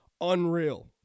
Unreal